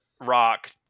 Rock